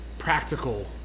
Practical